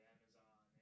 Amazon